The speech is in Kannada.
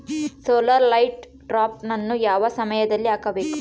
ಸೋಲಾರ್ ಲೈಟ್ ಟ್ರಾಪನ್ನು ಯಾವ ಸಮಯದಲ್ಲಿ ಹಾಕಬೇಕು?